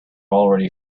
already